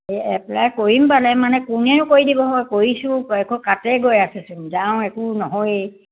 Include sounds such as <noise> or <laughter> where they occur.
এই এপ্লাই কৰিম পালে মানে কোনেও কৰি দিব হয় কৰিছোঁ <unintelligible> আছেচোন যাওঁ একো নহয়ই